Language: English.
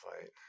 fight